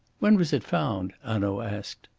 when was it found? hanaud asked.